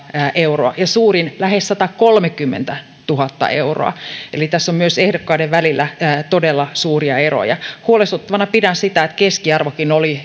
euroa ja suurin lähes satakolmekymmentätuhatta euroa eli tässä on myös ehdokkaiden välillä todella suuria eroja huolestuttavana pidän sitä että keskiarvokin oli